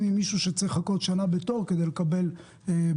עם המצב שמישהו צריך לחכות שנה בתור כדי לקבל בדיקה.